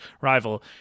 rival